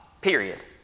period